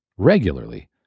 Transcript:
regularly